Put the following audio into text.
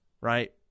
right